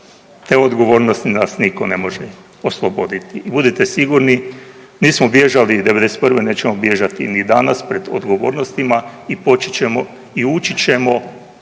Te odgovornosti nas nitko ne može oslobodite i budite sigurni nismo bježali 91., nećemo bježati ni danas pred odgovornostima i počet ćemo